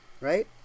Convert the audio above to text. Right